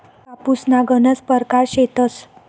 कापूसना गनज परकार शेतस